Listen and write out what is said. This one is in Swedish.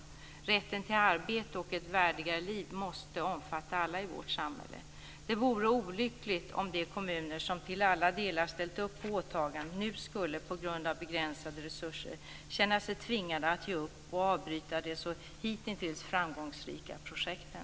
Rätten till arbete och ett värdigare liv måste omfatta alla i vårt samhälle. Det vore olyckligt om de kommuner som till alla delar ställt upp på åtagandet nu, på grund av begränsade resurser, skulle känna sig tvingade att ge upp och avbryta de hitintills så framgångsrika projekten.